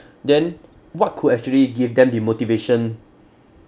then what could actually give them the motivation